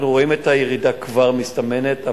אנחנו רואים את הירידה כבר מסתמנת,